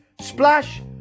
Splash